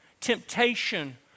temptation